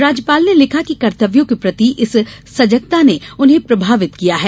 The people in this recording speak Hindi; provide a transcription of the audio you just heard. राज्यपाल ने लिखा कि कर्तव्यों के प्रति इस सजगता ने उन्हें प्रभावित किया है